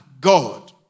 God